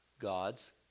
God's